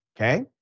okay